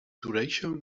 duration